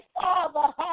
Father